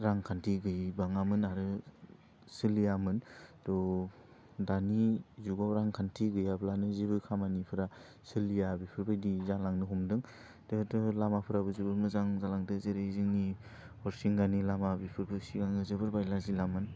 रांखान्थि गैबाङामोन आरो सोलियामोन थह दानि जुगाव रांखान्थि गैयाब्लानो जेबो खामानिफ्रा सोलिया बेफोरबायदि जालांनो हमदों जिहेथु लामाफ्राबो जोबोर मोजां जालांदों जेरै जोंनि हरिसिंगानि लामा बेफोरबो सिगां जोबोर बायला जिलामोन